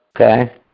Okay